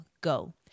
go